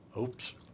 oops